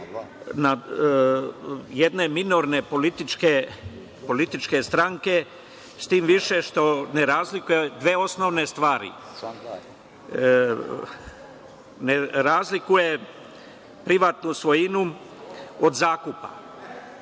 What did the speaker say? jedne minorne političke stranke, s tim više što ne razlikuje dve osnovne stvari. Ne razlikuje privatnu svojinu od zakupa.